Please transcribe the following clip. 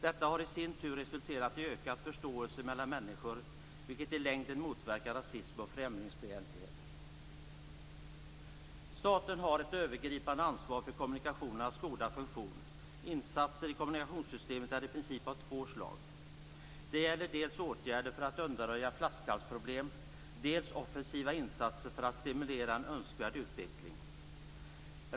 Detta har i sin tur resulterat i ökad förståelse mellan människor, vilket i längden motverkar rasism och främlingsfientlighet. Staten har ett övergripande ansvar för kommunikationernas goda funktion. Insatser i kommunikationssystemet är i princip av två slag. Det gäller dels åtgärder för att undanröja flaskhalsproblem, dels offensiva insatser för att stimulera en önskvärd utveckling.